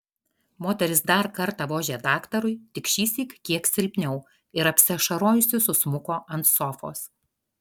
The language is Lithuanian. moteris dar kartą vožė daktarui tik šįsyk kiek silpniau ir apsiašarojusi susmuko ant sofos